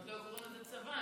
הם רק לא קוראים לזה "צבא".